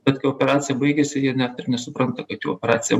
bet kai operacija baigiasi jie net ir nesupranta kad jau operacija